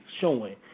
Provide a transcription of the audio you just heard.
showing